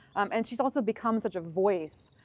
and she's also become such a voice.